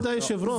לא.